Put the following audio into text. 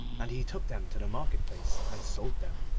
and he took them to the market-place and sold them.